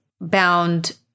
bound